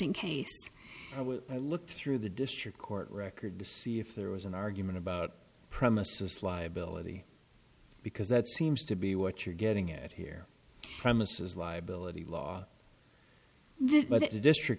instant case i would look through the district court record to see if there was an argument about premises liability because that seems to be what you're getting at here premises liability law but the district